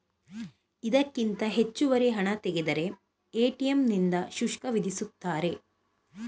ಇದಕ್ಕಿಂತ ಹೆಚ್ಚುವರಿ ಹಣ ತೆಗೆದರೆ ಎ.ಟಿ.ಎಂ ನಿಂದ ಶುಲ್ಕ ವಿಧಿಸುತ್ತಾರೆ